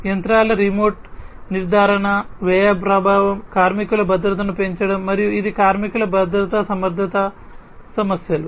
యంత్రాల రిమోట్ నిర్ధారణ వ్యయ ప్రభావం కార్మికుల భద్రతను పెంచడం మరియు ఇది కార్మికుల భద్రత సమర్థతా సమస్యలు